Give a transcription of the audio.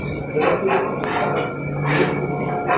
they for the most part look the same.